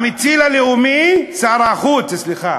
המציל הלאומי, שר החוץ, סליחה.